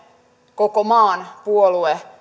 koko maan puolue